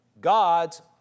God's